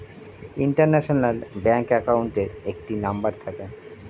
international bank অ্যাকাউন্টের একটি number থাকে